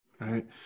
right